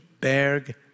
Berg